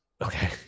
Okay